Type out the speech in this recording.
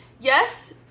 Yes